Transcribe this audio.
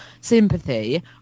sympathy